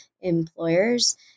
employers